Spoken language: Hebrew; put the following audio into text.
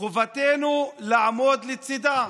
חובתנו לעמוד לצידה.